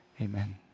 amen